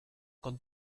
con